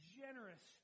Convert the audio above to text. generous